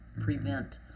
prevent